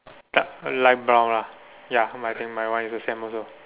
dark light brown lah ya my thing my one is the same also